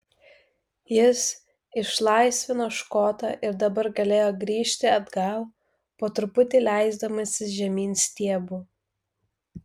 jis išlaisvino škotą ir dabar galėjo grįžti atgal po truputį leisdamasis žemyn stiebu